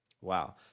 Wow